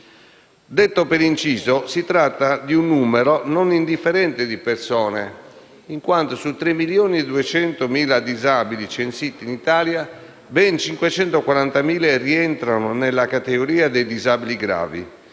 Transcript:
Detto per inciso, si tratta di un numero non indifferente di persone, in quanto su 3,2 milioni di disabili censiti in Italia ben 540.000 rientrano nella categoria dei disabili gravi,